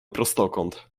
prostokąt